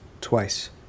twice